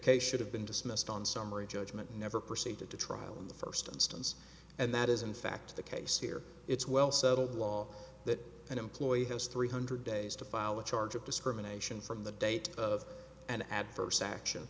case should have been dismissed on summary judgment never proceeded to trial in the first instance and that is in fact the case here it's well settled law that an employee has three hundred days to file a charge of discrimination from the date of an adverse action